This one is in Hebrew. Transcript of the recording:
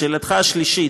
לשאלתך השלישית,